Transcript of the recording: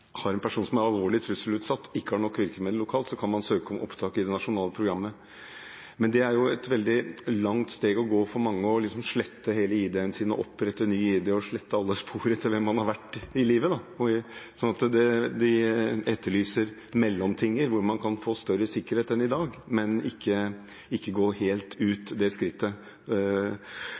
ikke har nok virkemidler lokalt, så kan man søke om opptak i det nasjonale programmet. Men det er et veldig langt steg å gå for mange å slette hele ID-en sin, opprette ny ID og slette alle spor etter hvem man har vært i livet. Så de ettelyser en mellomting, hvor man kan få større sikkerhet enn i dag, men ikke ta skrittet helt